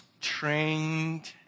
trained